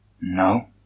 No